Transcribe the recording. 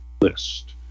list